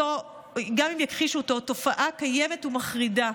הוא תופעה קיימת ומחרידה,